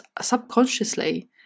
subconsciously